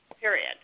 Period